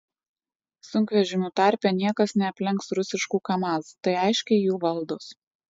sunkvežimių tarpe niekas neaplenks rusiškų kamaz tai aiškiai jų valdos